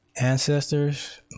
ancestors